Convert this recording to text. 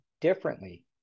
differently